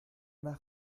nach